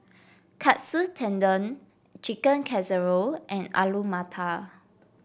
Katsu Tendon Chicken Casserole and Alu Matar